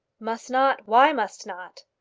must not? why must not?